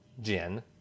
gin